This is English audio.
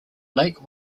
lake